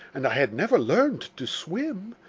and i had never learned to swim.